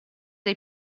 dei